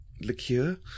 liqueur